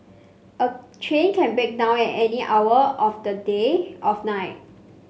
a train can break down at any hour of the day of night